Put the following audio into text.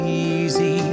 easy